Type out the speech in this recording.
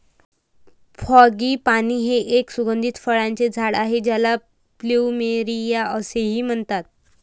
frangipani हे एक सुगंधी फुलांचे झाड आहे ज्याला प्लुमेरिया असेही म्हणतात